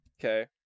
okay